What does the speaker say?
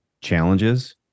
challenges